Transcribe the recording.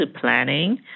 planning